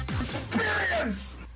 Experience